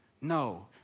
No